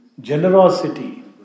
generosity